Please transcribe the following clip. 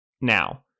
Now